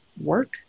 work